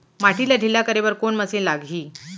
माटी ला ढिल्ला करे बर कोन मशीन लागही?